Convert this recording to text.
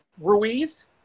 Ruiz